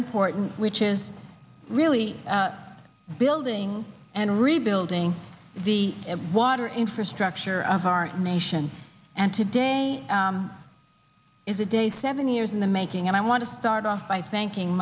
important which is really building and rebuilding the water infrastructure of our nation and today is a day seven years in the making and i want to start off by thanking